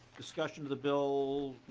discussion to the bill